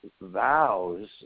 vows